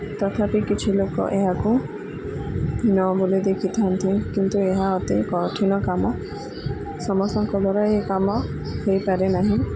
ତଥାପି କିଛି ଲୋକ ଏହାକୁ ନ ବୋଲି ଦେଖିଥାନ୍ତି କିନ୍ତୁ ଏହା ଅତି କଠିନ କାମ ସମସ୍ତଙ୍କର ଦ୍ଵାରା ଏହି କାମ ହୋଇପାରେ ନାହିଁ